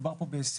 מדובר פה בהישג,